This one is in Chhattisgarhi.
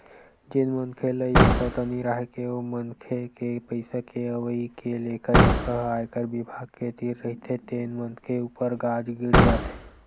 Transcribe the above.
जेन मनखे ल ये पता नइ राहय के ओ मनखे के पइसा के अवई के लेखा जोखा ह आयकर बिभाग के तीर रहिथे तेन मनखे ऊपर गाज गिर जाथे